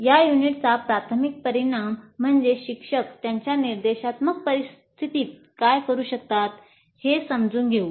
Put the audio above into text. या युनिटचा प्राथमिक परिणाम म्हणजे शिक्षक त्याच्या निर्देशात्मक परिस्थितीत काय करू शकतात हे समजून घेऊ